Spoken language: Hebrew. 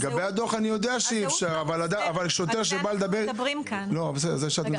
אני יודע שאי אפשר לתת דוח בלי השם שלהם.